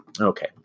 Okay